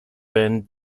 been